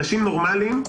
אנשים נורמליים,